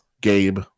Gabe